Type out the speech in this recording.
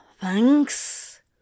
thanks